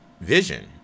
vision